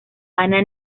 ana